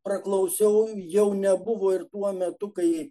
praklausiau jau nebuvo ir tuo metu kai